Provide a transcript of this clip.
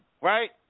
right